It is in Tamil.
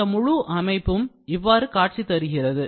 இந்த முழு அமைப்பும் இவ்வாறு காட்சி தருகிறது